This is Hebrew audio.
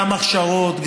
גם הכשרות,